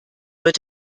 wird